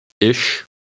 Ish